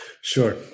Sure